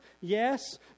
yes